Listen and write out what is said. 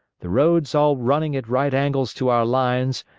the roads all running at right angles to our lines,